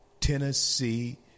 Tennessee